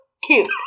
Cute